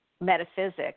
metaphysics